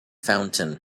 fountain